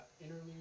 Interlude